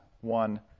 one